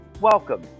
Welcome